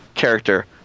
character